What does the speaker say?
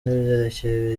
n’ibyerekeye